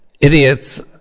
idiots